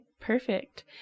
perfect